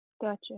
gotcha